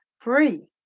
free